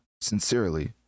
sincerely